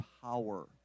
power